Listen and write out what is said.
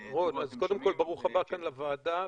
קודם כול ברוך הבא כאן לוועדה.